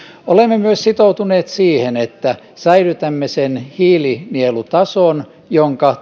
olemme myös sitoutuneet siihen että säilytämme sen hiilinielutason jonka